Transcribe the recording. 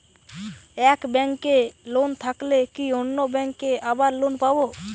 এক ব্যাঙ্কে লোন থাকলে কি অন্য ব্যাঙ্কে আবার লোন পাব?